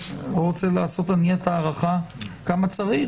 אני לא רוצה לעשות אני את ההערכה כמה צריך